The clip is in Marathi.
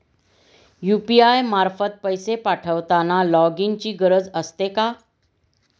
यु.पी.आय मार्फत पैसे पाठवताना लॉगइनची गरज असते का?